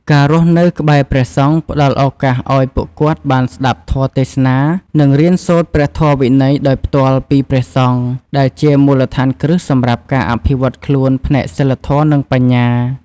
ការរស់នៅក្បែរព្រះសង្ឃផ្តល់ឱកាសឱ្យពួកគាត់បានស្តាប់ធម៌ទេសនា និងរៀនសូត្រព្រះធម៌វិន័យដោយផ្ទាល់ពីព្រះសង្ឃ ដែលជាមូលដ្ឋានគ្រឹះសម្រាប់ការអភិវឌ្ឍខ្លួនផ្នែកសីលធម៌ និងបញ្ញា។